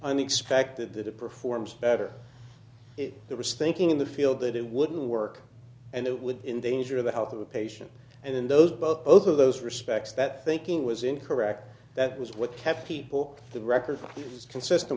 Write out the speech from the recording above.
unexpected that it performs better if there was thinking in the field that it wouldn't work and it would endanger the health of the patient and in those both of those respects that thinking was incorrect that was what kept people the record was consistent